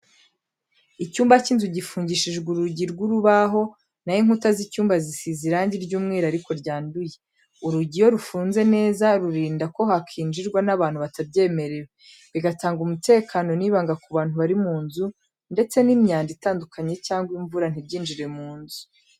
Icyumba cy'inzu gifungishijwe urugi rw'urubaho na ho inkuta z'icyumba zisize irangi ry'umweru ariko ryanduye. Urugi iyo rufunze neza rurinda ko hakinjirwa n'abantu batabyemerewe, bigatanga umutekano n'ibanga ku bantu bari mu nzu ndetse n'imyanda itandukanye cyangwa imvura ntibyinjire mu nzu.